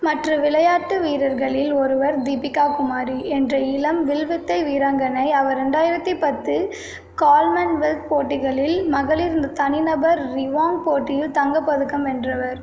மற்ற விளையாட்டு வீரர்களில் ஒருவர் தீபிகா குமாரி என்ற இளம் வில்வித்தை வீராங்கனை அவர் ரெண்டாயிரத்து பத்து காமன்வெல்த் போட்டிகளில் மகளிர் தனிநபர் ரீவாங் போட்டியில் தங்கப் பதக்கம் வென்றவர்